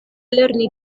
lerni